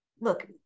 look